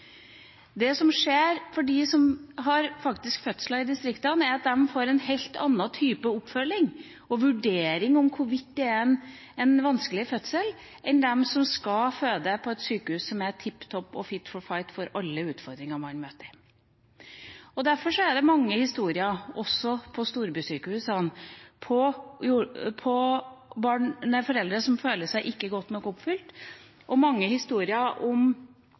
Det som skjer dem i distriktene som skal føde, er at de får en helt annen type oppfølging og vurdering av hvorvidt det er en vanskelig fødsel, enn de som skal føde på et sykehus som er tipp topp og «fit for fight» for alle utfordringene man møter. Derfor er det mange historier på storby-sykehusene om foreldre som ikke føler seg godt nok fulgt opp, og mange historier om